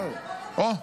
אוה,